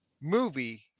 movie